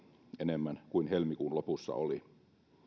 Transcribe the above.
enemmän kuin helmikuun lopussa oli